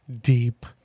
deep